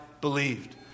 believed